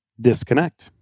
disconnect